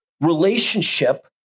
relationship